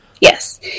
Yes